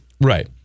Right